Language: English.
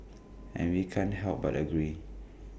and we can't help but agree